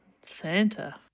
Santa